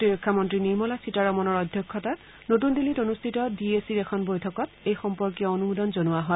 প্ৰতিৰক্ষা মন্ত্ৰী নিৰ্মলা সীতাৰমনৰ অধ্যক্ষতাত নতুন দিল্লীত অনুষ্ঠিত ডি এ চিৰ এখন বৈঠকত এই সম্পৰ্কীয় অনুমোদন জনোৱা হয়